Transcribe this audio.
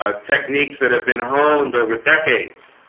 ah techniques that have been honed over decades